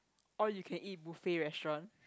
all you can eat buffet restaurant